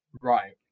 Right